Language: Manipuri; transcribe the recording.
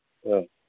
ꯑꯣ